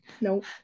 Nope